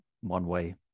one-way